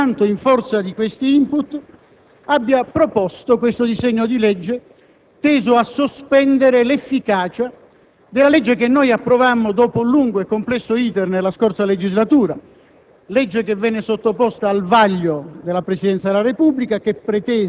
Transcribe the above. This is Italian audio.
e in forza di questi *input* - e soltanto in forza di essi - abbia proposto questo disegno di legge, teso a sospendere l'efficacia della legge che noi approvammo, dopo un lungo e complesso *iter*, nella scorsa legislatura.